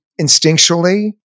instinctually